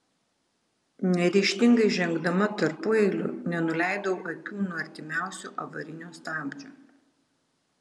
neryžtingai žengdama tarpueiliu nenuleidau akių nuo artimiausio avarinio stabdžio